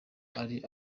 ari